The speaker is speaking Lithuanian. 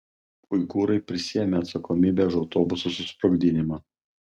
uigūrai prisiėmė atsakomybę už autobuso susprogdinimą